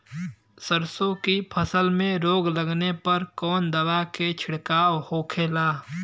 सरसों की फसल में रोग लगने पर कौन दवा के छिड़काव होखेला?